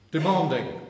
Demanding